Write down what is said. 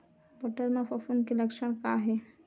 बटर म फफूंद के लक्षण का हे?